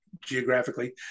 geographically